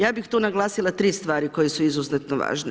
Ja bih tu naglasila tri stvari koje su izuzetno važne.